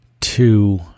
two